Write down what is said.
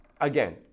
Again